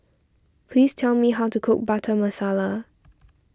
please tell me how to cook Butter Masala